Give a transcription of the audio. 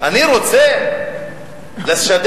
אני רוצה לשדר